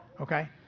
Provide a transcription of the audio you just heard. okay